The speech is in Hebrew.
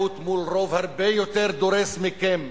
מיעוט מול רוב הרבה יותר דורס מכם,